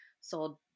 sold